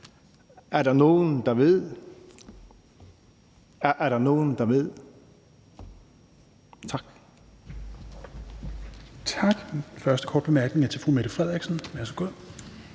Er der nogen, der ved – er der nogen, der ved? Tak.